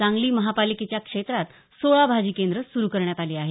सांगली महापालिकेच्या क्षेत्रात सोळा भाजी केंद्र सुरू करण्यात आली आहेत